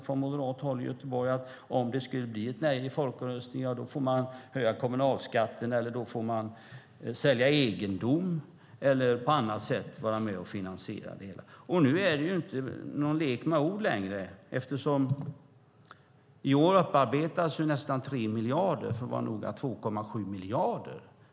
Från moderat håll i Göteborg har det uttalats att om det blir ett nej i folkomröstningen får man höja kommunalskatten, sälja egendom eller på annat sätt vara med och finansiera det hela. Nu är det ingen lek med ord längre eftersom 2,7 miljarder läggs på detta i år.